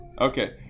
Okay